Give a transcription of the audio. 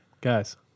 Guys